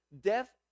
Death